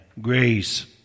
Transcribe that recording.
grace